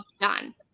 done